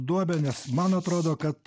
duobę nes man atrodo kad